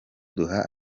duha